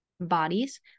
bodies